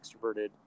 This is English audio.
extroverted